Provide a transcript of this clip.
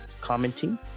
commenting